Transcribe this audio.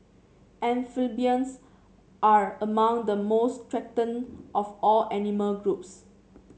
amphibians are among the most threatened of all animal groups